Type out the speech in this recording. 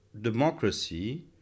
democracy